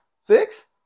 six